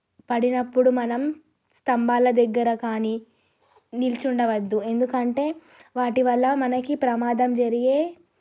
పడినప్పుడు మనం స్తంభాల దగ్గర కానీ నిలబడవద్దు ఎందుకంటే వాటివల్ల మనకి ప్రమాదం జరిగే